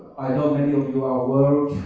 i know many of you are